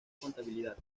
contabilidad